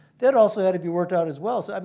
that also had to be worked out as well. so um